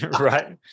Right